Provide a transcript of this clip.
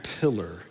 pillar